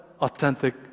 authentic